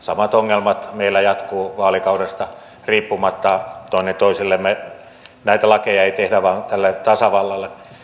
samat ongelmat meillä jatkuvat vaalikaudesta riippumatta toinen toisellemme näitä lakeja emme tee vaan tälle tasavallalle